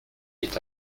est